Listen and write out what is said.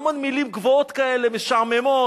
המון מלים גבוהות כאלה ומשעממות.